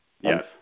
Yes